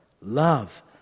love